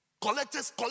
collectors